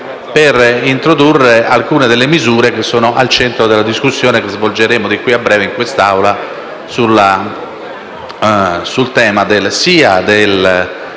per introdurre alcune delle misure al centro della discussione che svolgeremo di qui a breve in quest'Assemblea sul tema sia dell'allargamento